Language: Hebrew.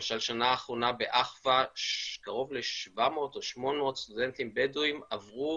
למשל שנה אחרונה באחווה קרוב ל-700 או 800 סטודנטים בדואים עברו